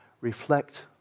reflect